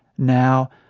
now,